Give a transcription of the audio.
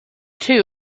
two